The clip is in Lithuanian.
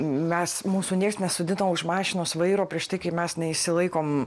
mes mūsų nieks nesodina už mašinos vairo prieš tai kai mes neišsilaikom